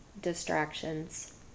distractions